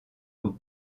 aux